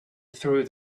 through